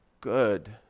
good